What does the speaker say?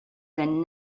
then